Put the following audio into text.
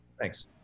Thanks